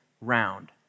Round